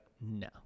no